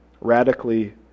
radically